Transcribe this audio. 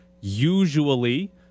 Usually